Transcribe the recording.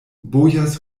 bojas